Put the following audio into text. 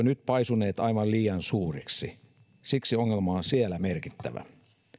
nyt jo paisuneet aivan liian suuriksi siksi ongelma on siellä merkittävä